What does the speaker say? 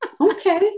Okay